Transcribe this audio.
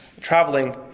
traveling